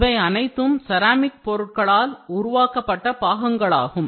இவை அனைத்தும் செராமிக் பொருட்களால் உருவாக்கப்பட்ட பகுதிகளாகும்